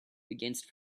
against